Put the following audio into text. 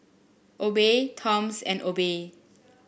Obey Toms and Obey